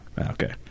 Okay